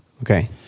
Okay